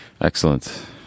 Excellent